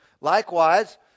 Likewise